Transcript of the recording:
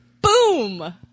Boom